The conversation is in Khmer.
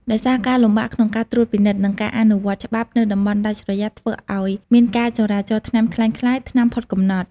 ដោយសារការលំបាកក្នុងការត្រួតពិនិត្យ និងការអនុវត្តច្បាប់នៅតំបន់ដាច់ស្រយាល ធ្វើឱ្យមានការចរាចរណ៍ថ្នាំក្លែងក្លាយ ថ្នាំផុតកំណត់ ។